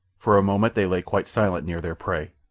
for a moment they lay quite silent near their prey,